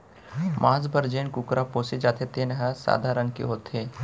मांस बर जेन कुकरा पोसे जाथे तेन हर सादा रंग के होथे